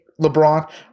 lebron